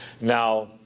Now